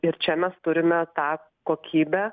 ir čia mes turime tą kokybę